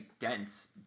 dense